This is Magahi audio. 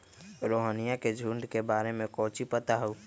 रोहिनया के झुंड के बारे में कौची पता हाउ?